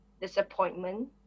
disappointment